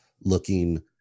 looking